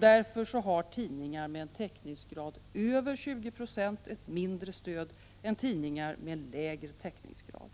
Därför har tidningar med en täckningsgrad över 20 96 ett mindre stöd än tidningar med en lägre täckningsgrad.